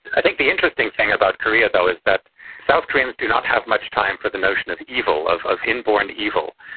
i think the interesting thing about korea though is that south koreans do not have much time for the notion of evil, of of inborn evil,